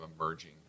emerging